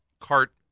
cart